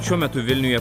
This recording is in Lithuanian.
šiuo metu vilniuje